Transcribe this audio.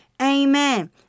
Amen